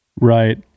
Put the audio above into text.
right